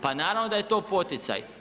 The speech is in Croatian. Pa naravno da je to poticaj.